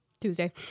Tuesday